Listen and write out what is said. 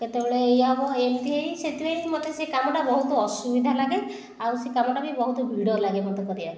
କେତେବେଳେ ଏହା ହେବ ଏମିତି ହେଇ ସେଥିପାଇଁ ମୋତେ ସେ କାମଟା ବହୁତ ଅସୁବିଧା ଲାଗେ ଆଉ ସେ କାମଟା ବହୁତ ଭିଡ଼ ଲାଗେ ମୋତେ କରିବାକୁ